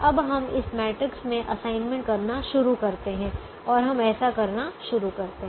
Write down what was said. अब हम इस मैट्रिक्स में असाइनमेंट करना शुरू कर सकते हैं और हम ऐसा करना शुरू करते हैं